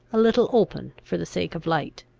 a little open for the sake of light.